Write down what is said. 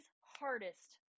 hardest